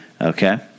Okay